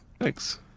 Thanks